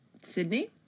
sydney